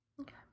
Okay